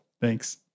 Thanks